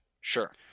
sure